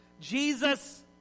Jesus